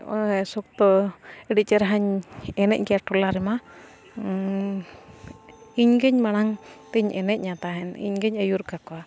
ᱥᱚᱠᱛᱚ ᱟᱹᱰᱤ ᱪᱮᱨᱦᱟᱧ ᱮᱱᱮᱡ ᱜᱮᱭᱟ ᱴᱚᱞᱟ ᱨᱮᱢᱟ ᱤᱧ ᱜᱤᱧ ᱢᱟᱲᱟᱝ ᱛᱤᱧ ᱮᱱᱮᱡᱟ ᱛᱟᱦᱮᱱ ᱤᱧᱜᱤᱧ ᱟᱹᱭᱩᱨ ᱠᱟᱠᱚᱣᱟ